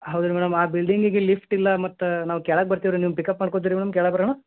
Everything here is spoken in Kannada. ಹೌದು ರೀ ಮೇಡಮ್ ಆ ಬಿಲ್ಡಿಂಗಿಗೆ ಲಿಫ್ಟ್ ಇಲ್ಲ ಮತ್ತು ನಾವು ಕೆಳಗೆ ಬರ್ತೀವಿ ರೀ ನೀವು ಪಿಕಪ್ ಮಾಡ್ಕೊತೀರಿ ಮೇಡಮ್ ಕೆಳಗೆ ಬರೋಣ